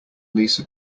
lisa